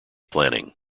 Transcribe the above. planning